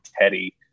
teddy